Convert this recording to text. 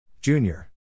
Junior